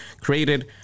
created